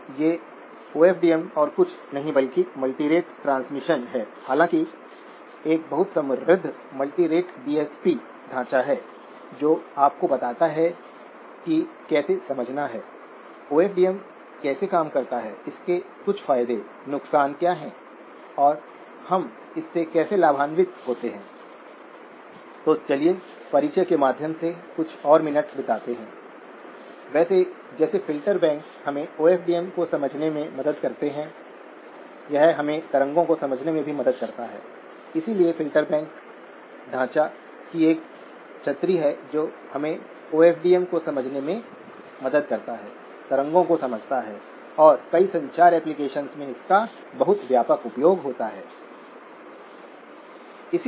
मुझे operating point quantities को VGS0 और VDS0 और ID0 के रूप में संदर्भित करने दें और इंक्रीमेंटल क्वान्टिटीज vGS vi होगी क्योंकि गेट पर आपके पास vi है सोर्स आपके पास शून्य है और vDS gmRD